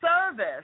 service